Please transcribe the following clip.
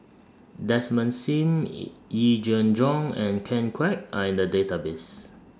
Desmond SIM E Yee Jenn Jong and Ken Kwek Are in The Database